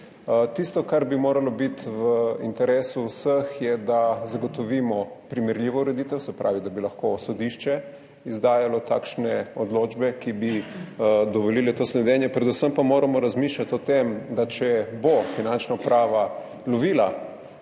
Tisto, kar bi moralo biti v interesu vseh je, da zagotovimo primerljivo ureditev, se pravi, da bi lahko sodišče izdajalo takšne odločbe, ki bi dovolile to sledenje, predvsem pa moramo razmišljati o tem, da če bo Finančna uprava lovila